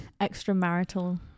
extramarital